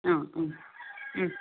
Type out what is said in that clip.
ആ ആ